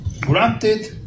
Granted